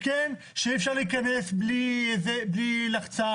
אי אפשר להיכנס בלי לחצן.